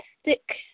stick